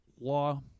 law